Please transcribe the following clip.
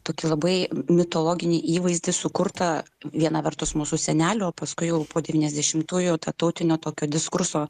tokį labai mitologinį įvaizdį sukurtą viena vertus mūsų senelių o paskui jau po devyniasdešimtųjų tarptautinio tokio diskurso